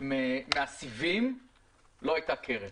מהסיבים לא הייתה קרן.